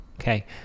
Okay